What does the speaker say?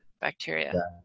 bacteria